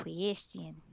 question